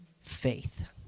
faith